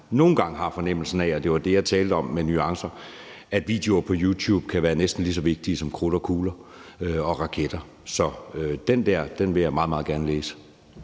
nogle gange har fornemmelsen af – og det var det, jeg talte om med nuancer – at videoer på YouTube kan være næsten lige så vigtige som krudt og kugler og raketter. Så det vil jeg meget gerne læse.